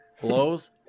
Blows